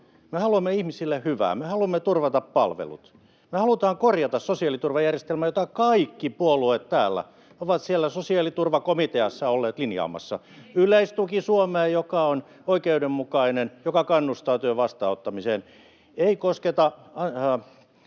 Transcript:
Me haluamme ihmisille hyvää, me haluamme turvata palvelut. Me halutaan korjata sosiaaliturvajärjestelmä, [Hanna Sarkkinen: Eli leikata!] jota kaikki puolueet täällä ovat siellä sosiaaliturvakomiteassa olleet linjaamassa: Suomeen yleistuki, joka on oikeudenmukainen ja joka kannustaa työn vastaanottamiseen. Ei kosketa